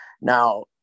Now